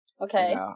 Okay